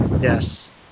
Yes